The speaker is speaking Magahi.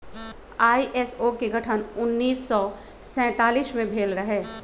आई.एस.ओ के गठन सन उन्नीस सौ सैंतालीस में भेल रहै